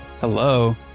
Hello